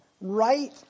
right